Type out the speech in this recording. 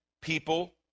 people